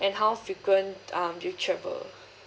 and how frequent um you travel